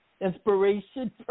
inspiration